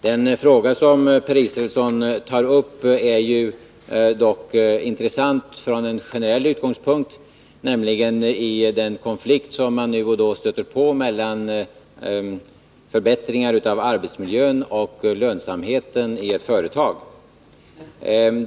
Den fråga som Per Israelsson tar upp är intressant från en generell utgångspunkt, nämligen hur den konflikt som man nu och då stöter på mellan förbättringar av arbetsmiljön och lönsamheten i ett företag skall lösas.